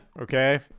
Okay